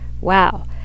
Wow